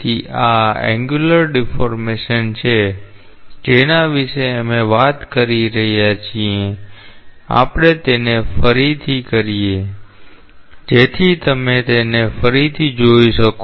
તેથી આ angular deformation છે જેના વિશે અમે વાત કરી રહ્યા છીએ આપણે તેને ફરીથી કરીએ જેથી તમે તેને ફરીથી જોઈ શકો